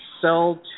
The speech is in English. sell